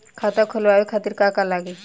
खाता खोलवाए खातिर का का लागी?